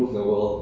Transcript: mm